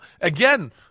again